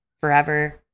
forever